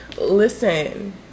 listen